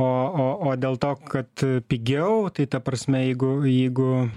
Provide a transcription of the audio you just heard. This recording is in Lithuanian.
o o o dėl to kad pigiau tai ta prasme jeigu jeigu